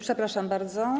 Przepraszam bardzo.